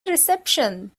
reception